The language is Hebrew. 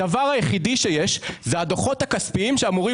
הדבר היחידי שיש זה הדוחות הכספיים שאמורים